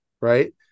right